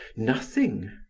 nothing.